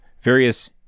various